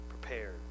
prepared